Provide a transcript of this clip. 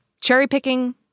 cherry-picking